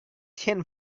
ten